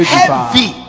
heavy